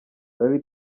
larry